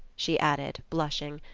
she added blushing,